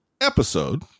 episode